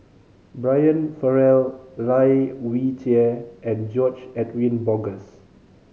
Brian Farrell Lai Weijie and George Edwin Bogaars